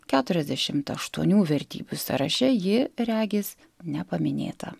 keturiasdešimt aštuonių vertybių sąraše ji regis nepaminėta